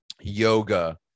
yoga